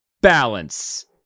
balance